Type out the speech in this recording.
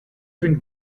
bring